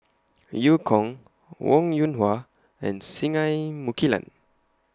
EU Kong Wong Yoon Wah and Singai Mukilan